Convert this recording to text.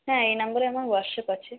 হ্যাঁ এই নাম্বারে আমার হোয়াটসঅ্যাপ আছে